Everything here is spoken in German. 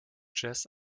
jazz